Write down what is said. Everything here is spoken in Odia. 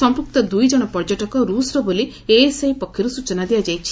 ସମ୍ମକ୍ତ ଦୁଇଜଣ ପର୍ଯ୍ୟଟକ ରୁଷର ବୋଲି ଏଏସଆଇ ପକ୍ଷରୁ ସୂଚନା ଦିଆଯାଇଛି